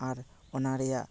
ᱟᱨ ᱚᱱᱟ ᱨᱮᱭᱟᱜ